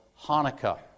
Hanukkah